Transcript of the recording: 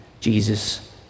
Jesus